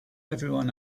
everyone